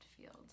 field